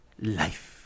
life